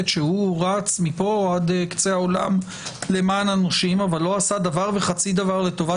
שהוא רץ מפה עד קצה העולם למען הנושים אבל לא עשה דבר וחצי דבר לטובת